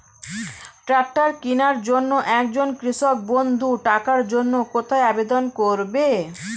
Tractor কিনার জন্য একজন কৃষক বন্ধু টাকার জন্য কোথায় আবেদন করবে?